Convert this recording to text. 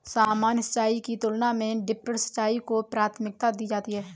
सामान्य सिंचाई की तुलना में ड्रिप सिंचाई को प्राथमिकता दी जाती है